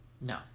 No